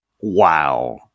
wow